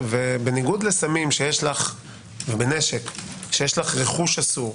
בניגוד לסמים ובנשק, כשיש לך רכוש אסור,